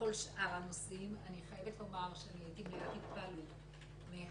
בכל שאר הנושאים אני חייבת לומר שאני הייתי מליאת התפעלות מההתמדה,